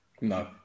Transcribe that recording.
No